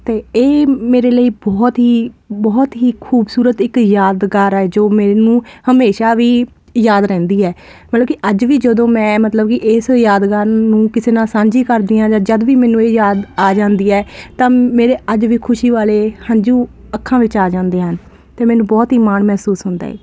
ਤੇ ਇਹ ਮੇਰੇ ਲਈ ਬਹੁਤ ਹੀ ਬਹੁਤ ਹੀ ਖੂਬਸੂਰਤ ਇਕ ਯਾਦਗਾਰ ਹੈ ਜੋ ਮੈਨੂੰ ਹਮੇਸ਼ਾ ਵੀ ਯਾਦ ਰਹਿੰਦੀ ਹੈ ਮਤਲਬ ਕਿ ਅੱਜ ਵੀ ਜਦੋਂ ਮੈਂ ਮਤਲਬ ਕਿ ਇਸ ਯਾਦਗਾਰ ਨੂੰ ਕਿਸੇ ਨਾਲ ਸਾਂਝੀ ਕਰਦੀ ਆਂ ਜਾਂ ਜਦ ਵੀ ਮੈਨੂੰ ਇਹ ਯਾਦ ਆ ਜਾਂਦੀ ਹੈ ਤਾਂ ਮੇਰੇ ਅੱਜ ਵੀ ਖੁਸ਼ੀ ਵਾਲੇ ਹੰਜੂ ਅੱਖਾਂ ਵਿੱਚ ਆ ਜਾਂਦੇ ਹਨ ਤੇ ਮੈਨੂੰ ਬਹੁਤ ਹੀ ਮਾਣ ਮਹਿਸੂਸ ਹੁੰਦਾ ਐ